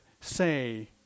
say